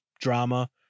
drama